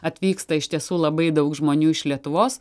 atvyksta iš tiesų labai daug žmonių iš lietuvos